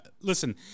listen